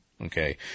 Okay